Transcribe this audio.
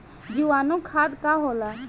जीवाणु खाद का होला?